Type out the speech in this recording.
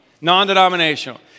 Non-denominational